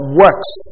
works